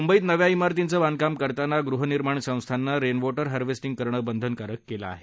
मुंबईत नव्या इमारतींचं बांधकाम करताना गृहनिर्माण संस्थांना रेनवॉंक्ते हावेंस्ति करणं बंधनकारक केलं आहे